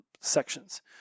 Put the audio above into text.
sections